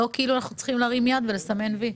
כאילו אנחנו צריכים להרים יד ולסמן וי.